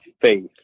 faith